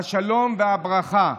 השלום והברכה.